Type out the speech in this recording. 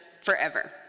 forever